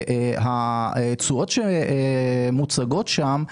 התשואות שמוצגות שם,